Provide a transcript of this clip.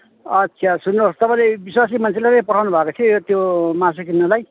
अच्छा सुन्नुहोस् तपाईँले विश्वासी मान्छेलाई नै पठाउनु भएको थियो त्यो मासु किन्नुलाई